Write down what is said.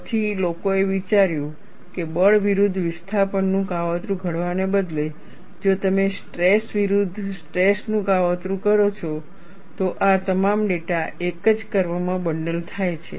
પછી લોકોએ વિચાર્યું કે બળ વિરુદ્ધ વિસ્થાપનનું કાવતરું ઘડવાને બદલે જો તમે સ્ટ્રેસ વિરુદ્ધ સ્ટ્રેસ નું કાવતરું કરો છો તો આ તમામ ડેટા એક જ કર્વ માં બંડલ થાય છે